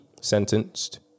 sentenced